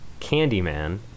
Candyman